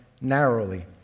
narrowly